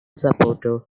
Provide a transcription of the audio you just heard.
supporter